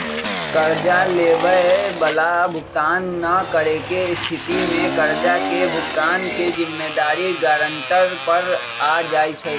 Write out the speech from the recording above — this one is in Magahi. कर्जा लेबए बला भुगतान न करेके स्थिति में कर्जा के भुगतान के जिम्मेदारी गरांटर पर आ जाइ छइ